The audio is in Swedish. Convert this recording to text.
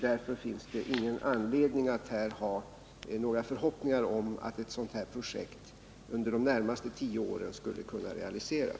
Därför finns det ingen anledning att hysa några förhoppningar om att ett sådant projekt skulle kunna realiseras under de närmaste tio åren.